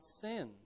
sin